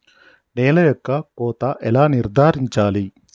నేల యొక్క కోత ఎలా నిర్ధారించాలి?